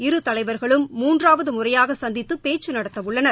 இருதலைவர்களும் மூன்றாவது முறையாக சந்தித்து பேச்சு நடத்தவுள்ளனர்